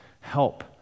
help